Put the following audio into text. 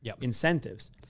incentives